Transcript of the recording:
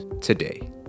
today